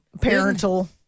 parental